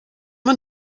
man